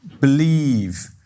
believe